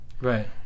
right